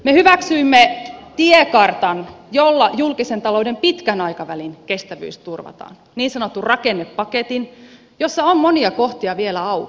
me hyväksyimme tiekartan jolla julkisen talouden pitkän aikavälin kestävyys turvataan niin sanotun rakennepaketin jossa on monia kohtia vielä auki